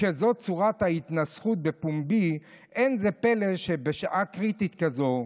כשזאת צורת ההתנסחות בפומבי אין זה פלא שבשעה קריטית כזו,